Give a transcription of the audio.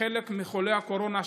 חלק מחולי הקורונה,